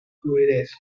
fluidez